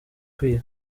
kwiha